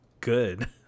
good